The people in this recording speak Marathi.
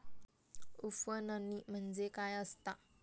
उफणणी म्हणजे काय असतां?